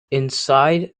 inside